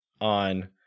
on